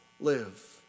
live